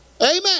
Amen